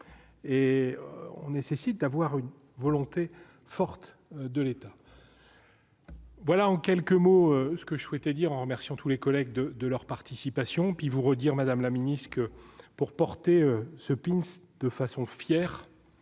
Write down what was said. et on nécessite d'avoir une volonté forte de l'État, voilà en quelques mots ce que je souhaitais dire en remerciant tous les collègues de de leur participation, puis vous redire, Madame la Ministre que pour porter ce de façon fier,